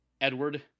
Edward